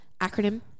acronym